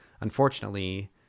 unfortunately